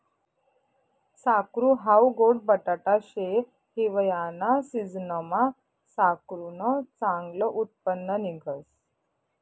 साकरू हाऊ गोड बटाटा शे, हिवायाना सिजनमा साकरुनं चांगलं उत्पन्न निंघस